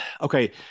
Okay